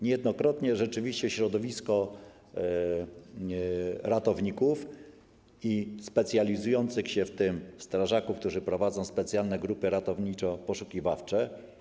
Niejednokrotnie środowisko ratowników i specjalizujących się w tym strażaków, którzy prowadzą specjalne grupy ratowniczo-poszukiwawcze.